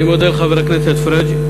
אני מודה לחבר הכנסת פריג'.